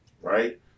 right